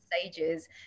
stages